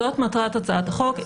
זאת מטרת הצעת החוק.